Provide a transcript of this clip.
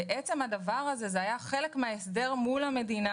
זה היה חלק מן ההסדר מול המדינה,